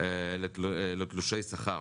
לתלושי שכר.